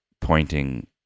pointing